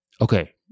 okay